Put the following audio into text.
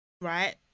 right